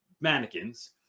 mannequins